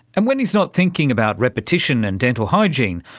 and when he's not thinking about repetition and dental hygiene,